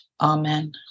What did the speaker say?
Amen